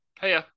Hey